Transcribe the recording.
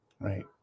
right